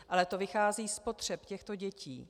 Ale to vychází z potřeb těchto dětí.